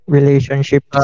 Relationship